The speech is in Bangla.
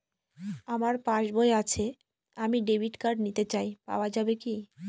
আমার পাসবই আছে আমি ডেবিট কার্ড নিতে চাই পাওয়া যাবে কি?